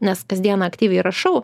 nes kasdien aktyviai rašau